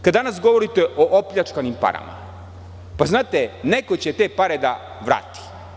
Kada danas govorite o opljačkanim parama, znate, neko će te pare da vrati.